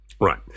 Right